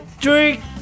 drink